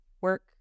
work